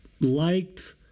liked